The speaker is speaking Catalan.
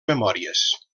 memòries